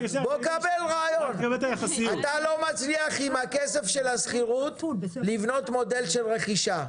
אתה לא מצליח עם הכסף של השכירות לבנות מודל כלכלי של רכישה,